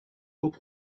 local